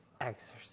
exercise